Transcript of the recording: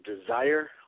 desire